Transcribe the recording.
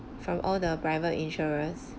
from all the private insurers